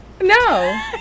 No